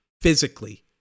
physically